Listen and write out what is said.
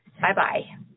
Bye-bye